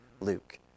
Luke